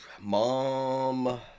Mom